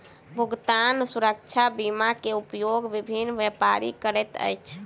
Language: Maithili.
भुगतान सुरक्षा बीमा के उपयोग विभिन्न व्यापारी करैत अछि